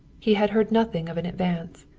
he had heard nothing of an advance.